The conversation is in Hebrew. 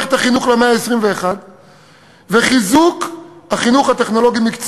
מערכת החינוך למאה ה-21 וחיזוק החינוך הטכנולוגי-מקצועי,